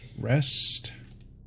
rest